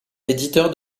éditeur